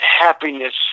happiness